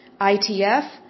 ITF